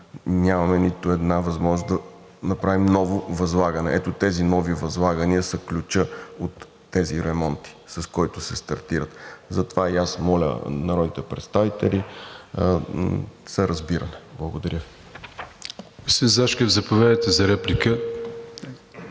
нямаме нито една възможност да направим ново възлагане. Ето тези нови възлагания са ключът от тези ремонти, с който се стартира, и затова аз моля народните представители да се разбираме. Благодаря.